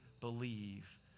believe